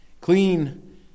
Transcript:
Clean